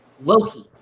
loki